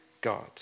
God